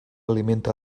alimenta